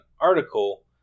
article